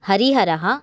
हरिहरः